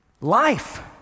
life